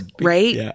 right